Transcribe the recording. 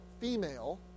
female